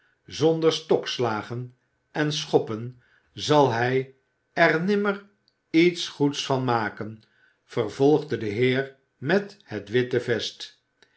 zonder stokslagen en schoppen zal hij er nimmer iets goeds van maken vervolgde de heer met het witte vest